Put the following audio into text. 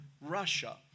Russia